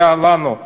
לנו,